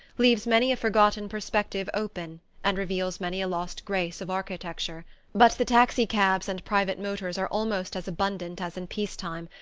leaves many a forgotten perspective open and reveals many a lost grace of architecture but the taxi-cabs and private motors are almost as abundant as in peace-time,